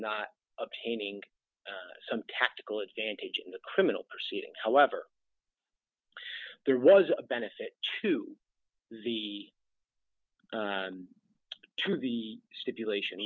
not obtaining tactical advantage in the criminal proceeding however there was a benefit to the to the stipulation